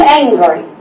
angry